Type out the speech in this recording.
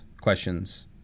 questions